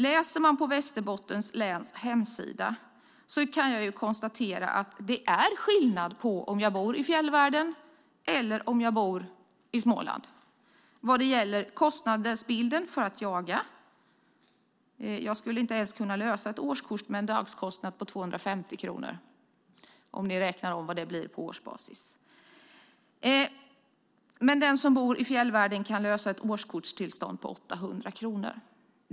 Om man läser på Västerbottens läns hemsida kan man konstatera att det är skillnad om man bor i fjällvärlden eller i Småland när det gäller kostnaden för att jaga. Jag skulle inte kunna lösa ett årskort med en dagskostnad på 250 kronor, omräknat till årsbasis. Den som bor i fjällvärlden kan lösa ett årskortstillstånd för 800 kronor.